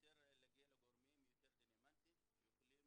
ויותר להגיע לגורמים דומיננטיים שיכולים